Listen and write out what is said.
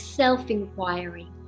self-inquiry